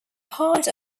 part